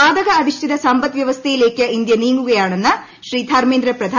വാതക അധിഷ്ഠിത സമ്പദ്വൃവസ്ഥയിലേക്ക് ഇന്ത്യ നീങ്ങുകയാ ണെന്ന് ശ്രീ ധർമ്മേന്ദ്ര പ്രധാൻ പറഞ്ഞു